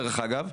דרך אגב,